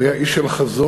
הוא היה איש של חזון,